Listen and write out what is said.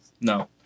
No